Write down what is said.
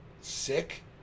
sick